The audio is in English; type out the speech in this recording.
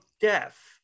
Death